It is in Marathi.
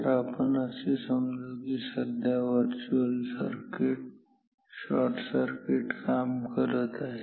तर आपण असे समजू की सध्या व्हर्चुअल शॉर्टसर्किट काम करत आहे